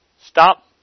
stop